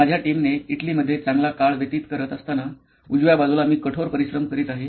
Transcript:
माझ्या टीमने इटलीमध्ये चांगला काळ व्यतीत करत असताना उजव्या बाजूला मी कठोर परिश्रम करीत आहे